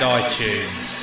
iTunes